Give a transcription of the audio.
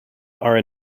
are